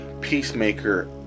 peacemaker